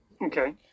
Okay